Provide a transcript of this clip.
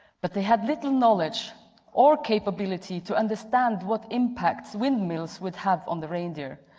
but they have little knowledge or capability to understand what impacts windmills would have on the reindeer.